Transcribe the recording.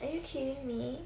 are you kidding me